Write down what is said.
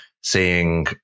seeing